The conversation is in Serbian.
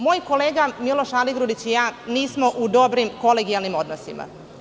Moj kolega Miloš Aligrudić i ja nismo u dobrim kolegijalnim odnosima.